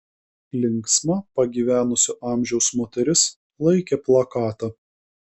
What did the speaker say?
linksma pagyvenusio amžiaus moteris laikė plakatą